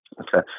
okay